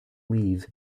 leave